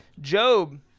Job